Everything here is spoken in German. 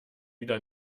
wieder